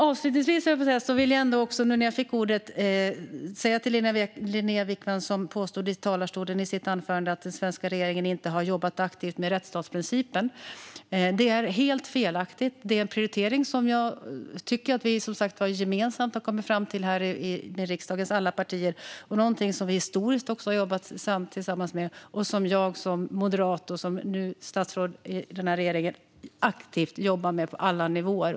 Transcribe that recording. Avslutningsvis: Linnéa Wickman påstod i talarstolen att den svenska regeringen inte hade jobbat aktivt med rättsstatsprincipen. Det är helt felaktigt. Rättsstatsprincipen är en prioritering som vi gemensamt har kommit fram till i riksdagens alla partier och någonting som vi också historiskt har jobbat tillsammans med. Som moderat och som statsråd i regeringen jobbar jag aktivt med detta på alla nivåer.